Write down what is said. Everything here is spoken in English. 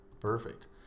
Perfect